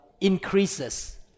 increases